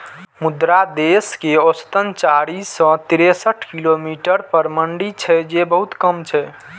मुदा देश मे औसतन चारि सय तिरेसठ किलोमीटर पर मंडी छै, जे बहुत कम छै